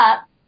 up